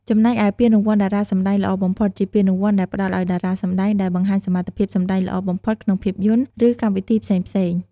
ចំណែកឯពានរង្វាន់តារាសម្តែងល្អបំផុត ជាពានរង្វាន់ដែលផ្តល់ឲ្យតារាសម្តែងដែលបង្ហាញសមត្ថភាពសម្តែងល្អបំផុតក្នុងភាពយន្ត ឬកម្មវិធីផ្សេងៗ។